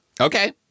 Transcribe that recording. Okay